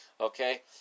Okay